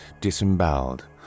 disemboweled